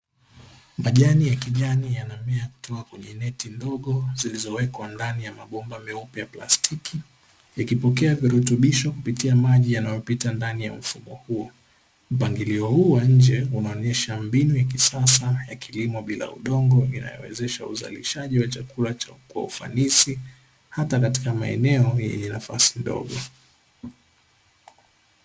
Majani ya kijani yanamea kutoka kwenye neti ndogo zilizowekwa ndani ya mabomba meupe ya plastiki, yakipokea virutubisho kupitia maji yanaopita ndani ya mfumo huo; mpangilio huu wa nje unaonyesha mbinu ya kisasa ya kilimo bila udongo, inayowezesha uzalishaji wa chakula cha kwa ufanisi, hata katika maeneo yenye nafasi ndogo.